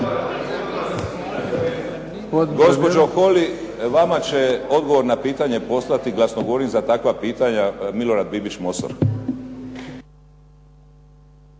Gospođo Holy, vama će odgovor na pitanje poslati glasnogovornik za takva pitanja Milorad Bibić Mosor.